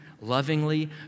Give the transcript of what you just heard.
lovingly